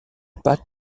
pâte